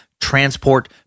transport